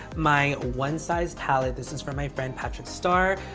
my one size pallet. this is from my friend patrick starrr,